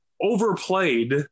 overplayed